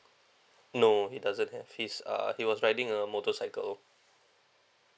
no he doesn't have he's uh he was riding a motorcycle